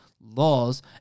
laws